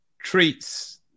treats